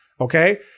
Okay